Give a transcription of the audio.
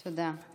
תודה.